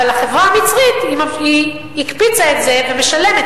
אבל החברה המצרית הקפיצה את זה ומשלמת,